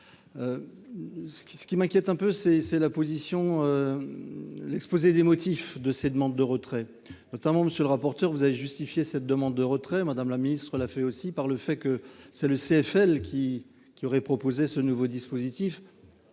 ce qui m'inquiète un peu c'est c'est la position l'exposé des motifs de ses demandes de retrait, notamment monsieur le rapporteur, vous avez justifié cette demande de retrait, Madame la Ministre, l'fait aussi par le fait que c'est le CFL qui qui auraient proposé ce nouveau dispositif